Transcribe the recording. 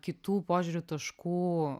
kitų požiūrių taškų